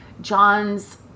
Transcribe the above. John's